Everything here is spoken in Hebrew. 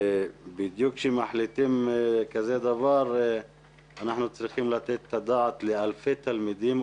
ובדיוק כשמחליטים על כזה דבר אנחנו צריכים לתת את הדעת על אלפי תלמידים,